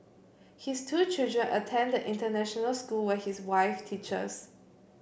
his two children attend the international school where his wife teaches